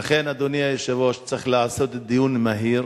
לכן, אדוני היושב-ראש, צריך לעשות דיון מהיר